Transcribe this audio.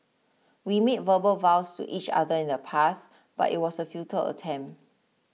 we made verbal vows to each other in the past but it was a futile attempt